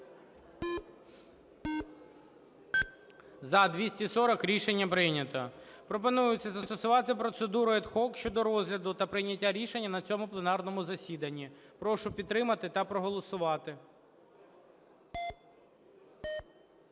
За-240 Рішення прийнято. Пропонується застосувати процедуру ad hoc щодо розгляду та прийняття рішення на цьому пленарному засіданні. Прошу підтримати та проголосувати.